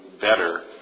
better